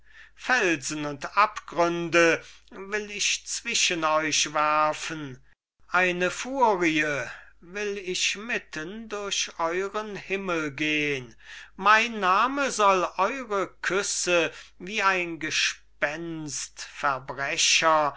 zermalmen felsen und abgründe will ich zwischen euch werfen eine furie will ich mitten durch euren himmel gehen mein name soll eure küsse wie ein gespenst verbrecher